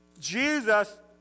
Jesus